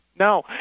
No